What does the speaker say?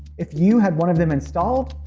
if you had one of them installed,